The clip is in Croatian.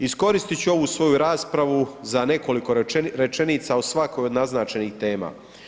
Iskoristiti ću ovu svoju raspravu za nekoliko rečenica o svakoj od naznačenih tema.